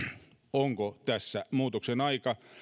onko tässä muutoksen aika